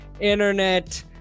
internet